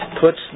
puts